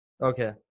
Okay